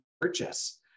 purchase